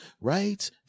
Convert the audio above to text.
right